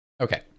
Okay